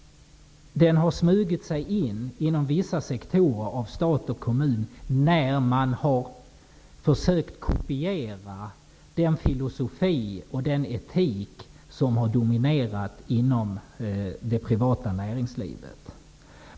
Den har smugit sig in i vissa sektorer av stat och kommun när man försökt kopiera den filosofi och den etik som har dominerat inom det privata näringslivet.